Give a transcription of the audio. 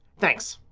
thanks.